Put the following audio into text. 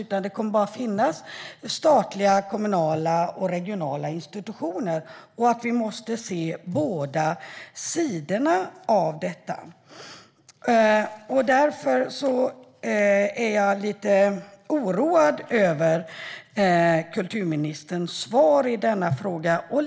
Då kommer det bara att finnas statliga, kommunala och regionala institutioner. Vi måste se båda sidorna av detta. Därför är jag lite oroad över kulturministerns svar.